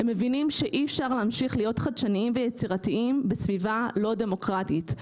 הם מבינים שאי אפשר להמשיך להיות חדשניים ויצירתיים בסביבה לא דמוקרטית.